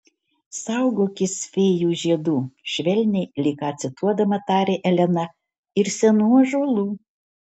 saugokis fėjų žiedų švelniai lyg ką cituodama tarė elena ir senų ąžuolų